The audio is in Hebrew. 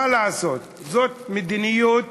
מה לעשות, זאת מדיניות